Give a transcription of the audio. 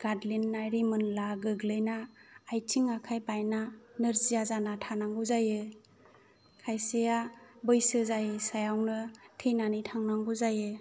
गादलिन्नाय रिमोनला गोग्लैना आइथिं आखाय बायना नोर्जिया जानान थानांगौ जायो खायसेया बैसो जायैसायावनो थैनानै थांनांगौ जायो